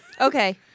Okay